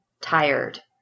tired